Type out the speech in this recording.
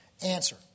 answer